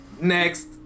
Next